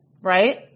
right